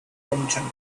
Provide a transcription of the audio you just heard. renton